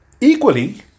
Equally